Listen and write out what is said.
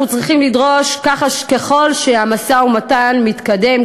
אנחנו צריכים לדרוש שככל שהמשא-ומתן מתקדם,